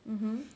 mmhmm